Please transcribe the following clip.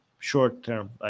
short-term